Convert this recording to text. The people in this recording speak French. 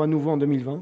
à nouveau,